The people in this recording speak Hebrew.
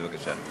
בבקשה.